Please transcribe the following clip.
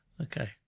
okay